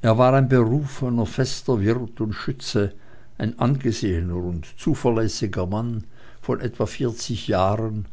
es war ein berufener fester wirt und schütze ein angesehener und zuverlässiger mann von etwa vierzig jahren